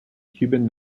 cuban